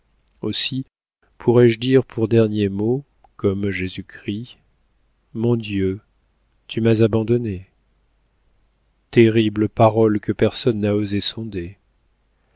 aussi pourrais-je dire pour dernier mot comme jésus-christ mon dieu tu m'as abandonné terrible parole que personne n'a osé sonder